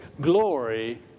glory